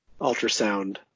ultrasound